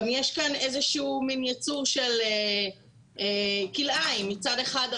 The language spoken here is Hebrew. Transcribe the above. גם יש כאן איזה ייצור כלאיים מצד אחד,